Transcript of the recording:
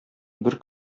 бер